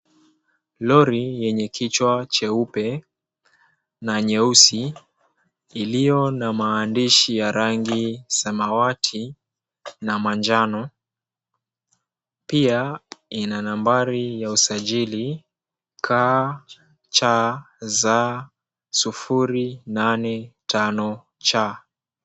Lori yenye kichwa cheupe na nyeusi iliyo na maandishi ya rangi samawati na manjano. Pia ina nambari ya usajili KCZ 085C.